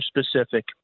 specific